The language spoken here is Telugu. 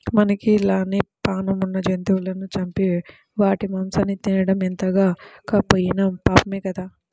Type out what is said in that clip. మనకి లానే పేణం ఉన్న జంతువులను చంపి వాటి మాంసాన్ని తినడం ఎంతగాకపోయినా పాపమే గదా